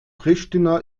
pristina